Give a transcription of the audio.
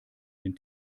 den